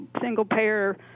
single-payer